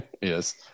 Yes